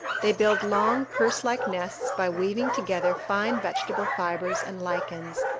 they build long, purse-like nests by weaving together fine vegetable fibres and lichens,